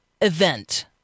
event